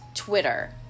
Twitter